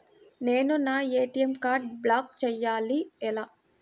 నేను నా ఏ.టీ.ఎం కార్డ్ను బ్లాక్ చేయాలి ఎలా?